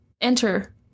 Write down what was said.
enter